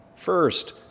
First